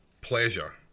pleasure